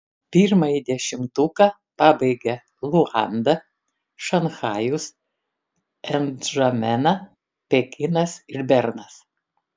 pirmąjį dešimtuką pabaigia luanda šanchajus ndžamena pekinas ir bernas